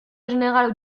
général